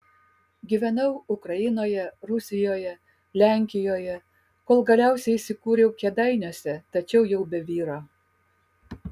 gyvenau ukrainoje rusijoje lenkijoje kol galiausiai įsikūriau kėdainiuose tačiau jau be vyro